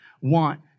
want